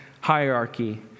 hierarchy